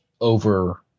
over